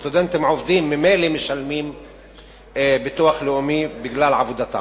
סטודנטים עובדים ממילא משלמים ביטוח לאומי בגלל עבודתם.